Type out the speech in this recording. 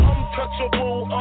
Untouchable